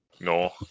No